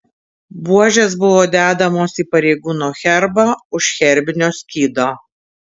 buožės buvo dedamos į pareigūno herbą už herbinio skydo